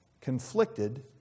conflicted